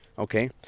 Okay